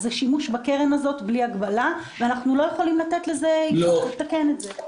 זה שימוש בקרן הזו ללא הגבלה ואנחנו צריכים לתקן זאת.